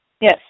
Yes